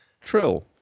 Trill